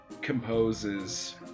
composes